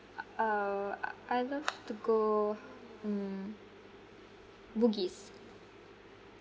uh uh uh I love to go mm bugis